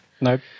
Nope